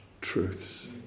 truths